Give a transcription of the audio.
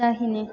दाहिने